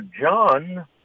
John